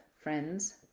friends